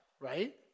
right